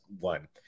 one